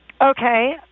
okay